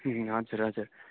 उम हजुर हजुर